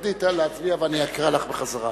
תרדי להצביע, אני אקרא לך חזרה.